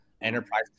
enterprise